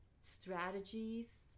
strategies